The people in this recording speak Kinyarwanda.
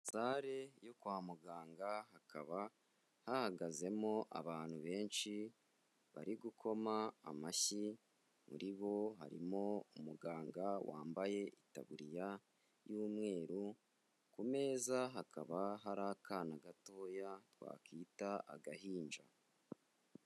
Sale yo kwa muganga hakaba hahagazemo abantu benshi, bari gukoma amashyi, muri bo harimo umuganga wambaye itaburiya y'umweru, ku meza hakaba hari akana gatoya wakita agahinja.